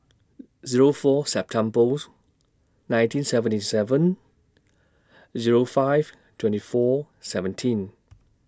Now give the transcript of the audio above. Zero four Septembers nineteen seventy seven Zero five twenty four seventeen